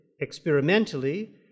experimentally